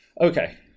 Okay